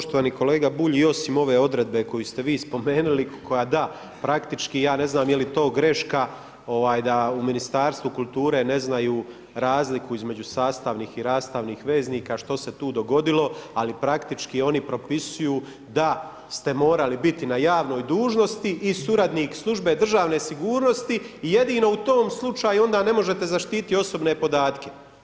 Poštovani kolega Bulj i osim ove odredbe koju ste vi spomenuli, koja da, praktički ja ne znam, je li to greška da u Ministarstvu kulture ne znaju razliku između sastavnih i rastavnih veznika, što se tu dogodilo, ali praktički oni propisuju da ste morali biti na javnoj dužnosti i suradnik službe državne sigurnosti i jedino u tom slučaju ne možete zaštititi osobne podatke.